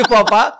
Papa